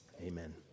amen